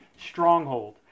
stronghold